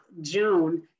june